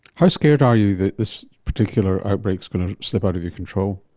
how scared are you that this particular outbreak is going to slip out of your control?